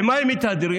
במה הם מתהדרים?